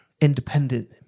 independent